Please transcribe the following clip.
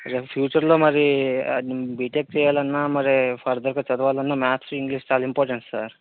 ఫ్యూచర్లో మరీ బీటెక్ చెయ్యాలన్నా మరీ ఫర్దర్గా చదవాలన్నా మ్యాథ్స్ ఇంగ్లీష్ చాలా ఇంపార్టెంట్ సార్